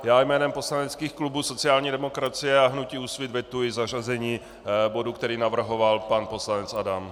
Já jménem poslaneckých klubů sociální demokracie a hnutí Úsvit vetuji zařazení bodu, který navrhoval pan poslanec Adam.